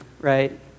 right